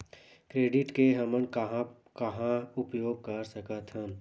Credit के हमन कहां कहा उपयोग कर सकत हन?